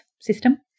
system